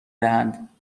دهند